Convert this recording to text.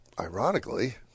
ironically